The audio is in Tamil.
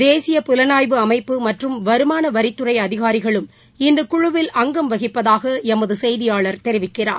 தேசிய புலனாய்வு அமைப்பு மற்றும் வருமானவரித்துறை அதிகாரிகளும் இந்தக்குழுவில் அங்கம் வகிப்பதாக எமது செயதியாளர் தெரிவிக்கிறார்